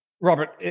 Robert